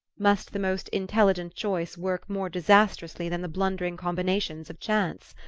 must the most intelligent choice work more disastrously than the blundering combinations of chance?